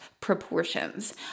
proportions